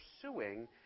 pursuing